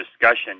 discussion